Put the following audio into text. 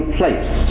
place